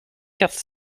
quatre